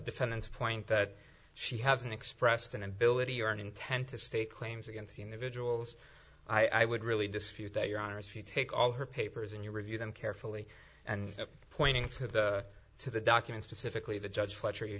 defense point that she hasn't expressed an ability or an intent to state claims against the individuals i would really dispute that your honor if you take all her papers and you review them carefully and pointing to the to the document specifically the judge fletcher you